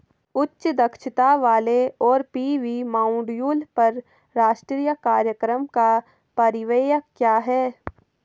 उच्च दक्षता वाले सौर पी.वी मॉड्यूल पर राष्ट्रीय कार्यक्रम का परिव्यय क्या है?